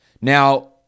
Now